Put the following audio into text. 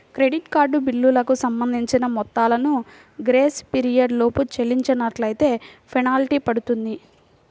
credit card బిల్లులకు సంబంధించిన మొత్తాలను గ్రేస్ పీరియడ్ లోపు చెల్లించనట్లైతే ఫెనాల్టీ పడుతుంది